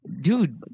Dude